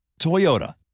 Toyota